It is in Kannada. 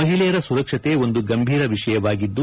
ಮಹಿಳೆಯರ ಸುರಕ್ಷತೆ ಒಂದು ಗಂಭೀರ ವಿಷಯವಾಗಿದ್ದು